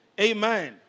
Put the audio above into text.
Amen